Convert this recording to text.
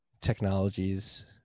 technologies